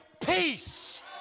peace